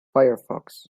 firefox